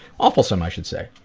awfulsome i should say.